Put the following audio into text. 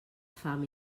fam